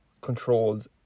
controls